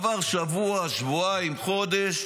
עברו שבוע, שבועיים, חודש,